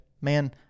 man